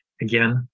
Again